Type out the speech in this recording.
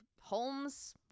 Holmes